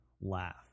laugh